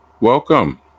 Welcome